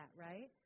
right